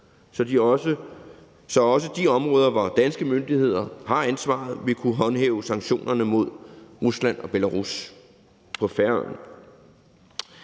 man også på de områder, hvor danske myndigheder har ansvaret, vil kunne håndhæve sanktionerne mod Rusland og Belarus på Færøerne.